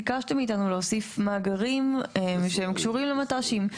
ביקשתם מאיתנו להוסיף מאגרים שהם קשורים למט"שים.